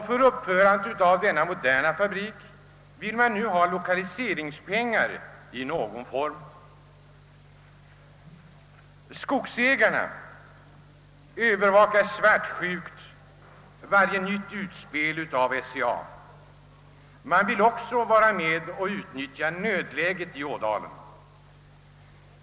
För uppförandet av denna fabrik vill man ha lokaliseringspengar i någon form. Skogsägarna övervakar svartsjukt varje nytt utspel av SCA — de vill också vara med om att utnyttja nödläget i Ädalen.